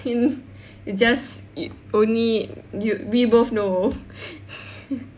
hin~ just it only you we both know